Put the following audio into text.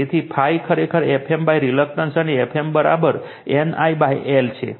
તેથી ∅ ખરેખર Fm reluctance અને Fm N I l છે